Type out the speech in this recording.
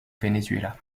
venezuela